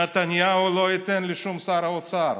נתניהו לא ייתן לשום שר אוצר.